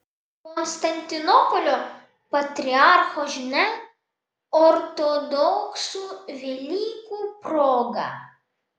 konstantinopolio patriarcho žinia ortodoksų velykų proga